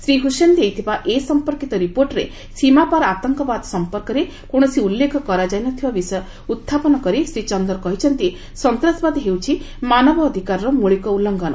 ଶ୍ରୀ ହୁସେନ ଦେଇଥିବା ଏ ସମ୍ପର୍କିତ ରିପୋର୍ଟରେ ସୀମାପାର ଆତଙ୍କବାଦ ସମ୍ପର୍କରେ କୌଣସି ଉଲ୍ଲେଖ କରାଯାଇନଥିବା ବିଷୟ ଉତ୍ଥାପନ କରି ଶ୍ରୀ ଚନ୍ଦର କହିଛନ୍ତି ସନ୍ତ୍ରାସବାଦ ହେଉଛି ମାନବ ଅଧିକାରର ମୌଳିକ ଉଲ୍ଲ୍ଘନ